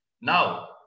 Now